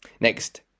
Next